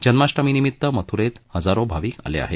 जन्माष्टमीनिमीत्त मथुरेत हजारो भाविक आले आहेत